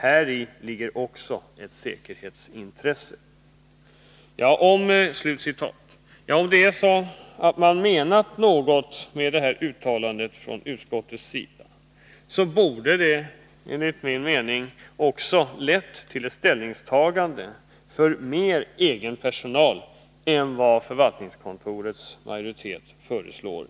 Häri ligger också ett säkerhetsintresse.” Om utskottet verkligen menat något med detta uttalande, borde detta enligt min mening ha lett till ett ställningstagande som innebär att man anlitar egen personal i större utsträckning än vad förvaltningsstyrelsens majoritet föreslår.